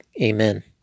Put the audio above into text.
Amen